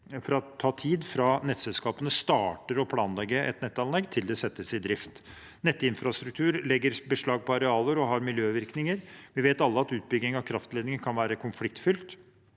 det ta tid fra nettselskapene starter å planlegge et nettanlegg til det settes i drift. Nettinfrastruktur legger beslag på arealer og har miljøvirkninger. Vi vet alle at utbygging av kraftledninger kan være konfliktfylt.